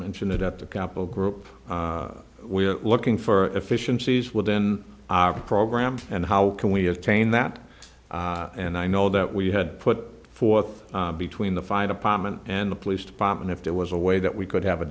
mentioned it at the capital group we're looking for efficiencies within our program and how can we attain that and i know that we had put forth between the fine apartment and the police department if there was a way that we could have a